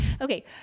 Okay